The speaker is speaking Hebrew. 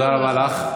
תודה רבה לך.